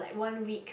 one week